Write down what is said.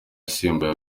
asimbuye